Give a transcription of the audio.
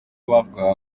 bavugaga